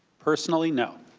personally, no.